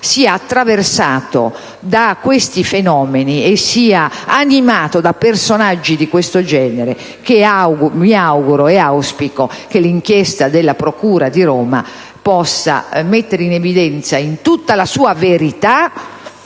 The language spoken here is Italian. sia attraversato da questi fenomeni e sia animato da personaggi del genere. Mi auguro e auspico che l'inchiesta della procura di Roma possa mettere in evidenza tutta la sua verità